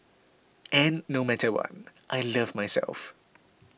and no matter what I love myself